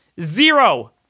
Zero